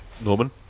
Norman